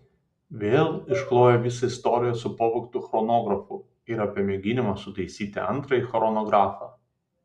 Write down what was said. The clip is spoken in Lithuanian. vėl išklojo visą istoriją su pavogtu chronografu ir apie mėginimą sutaisyti antrąjį chronografą